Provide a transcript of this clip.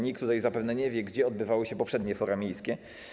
Nikt tutaj zapewne nie wie, gdzie odbywały się poprzednie fora miejskie.